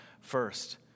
first